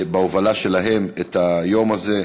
על ההובלה שלהם ביום הזה.